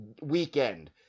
weekend